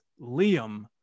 liam